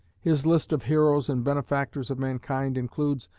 his list of heroes and benefactors of mankind includes,